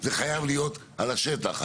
זה חייב להיות על השטח,